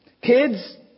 kids